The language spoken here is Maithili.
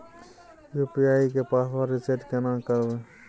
यु.पी.आई के पासवर्ड रिसेट केना करबे?